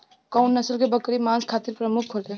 कउन नस्ल के बकरी मांस खातिर प्रमुख होले?